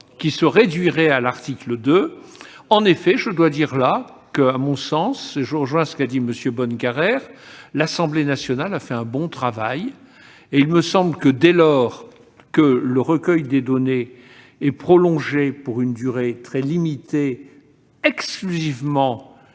qui se réduirait à cet article. En effet, je dois dire que, à mon sens- je rejoins ainsi les propos de M. Bonnecarrère -, l'Assemblée nationale a fait un bon travail. Il me semble que, dès lors que le recueil des données est prolongé pour une durée très limitée et exclusivement